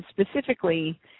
specifically